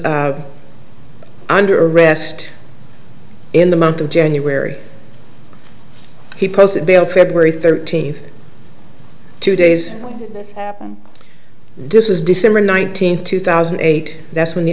under arrest in the month of january he posted bail february thirteenth two days this is december nineteenth two thousand and eight that's when the